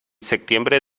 septiembre